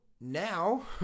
Now